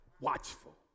watchful